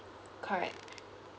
correct